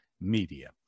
Media